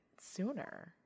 sooner